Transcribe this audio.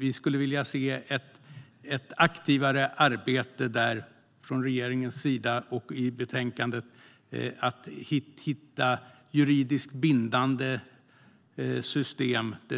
Vi skulle vilja se ett aktivare arbete av regeringen för att hitta juridiskt bindande system. Vi